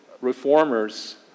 reformers